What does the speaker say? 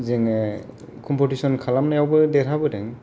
जोंङो कम्प'टिशन खालामनायावबो देरहाबोदों